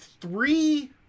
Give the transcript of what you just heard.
three